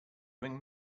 bring